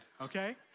okay